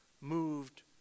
moved